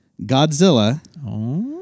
Godzilla